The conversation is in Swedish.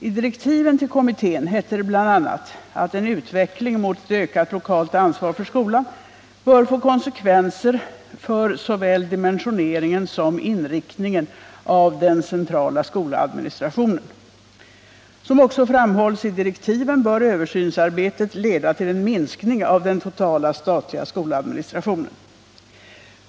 I direktiven till kommittén heter det bl.a. att en utveckling mot ett ökat lokalt ansvar för skolan ”bör få konsekvenser för såväl dimensioneringen som inriktningen av den centrala skoladministrationen”. Som också framhålls i direktiven bör översynsarbetet leda till en minskning av den totala statliga skoladministrationen.